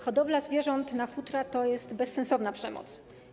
Hodowla zwierząt na futra to jest bezsensowna przemoc.